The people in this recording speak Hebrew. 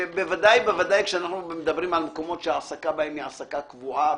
שבוודאי כשאנחנו מדברים על מקומות שההעסקה בהם היא קבועה,